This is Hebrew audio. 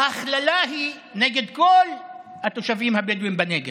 ההכללה היא נגד כל התושבים הבדואים בנגב.